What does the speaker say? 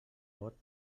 vot